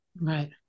Right